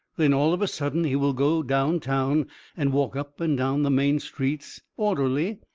then all of a sudden he will go down town and walk up and down the main streets, orderly,